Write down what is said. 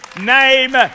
name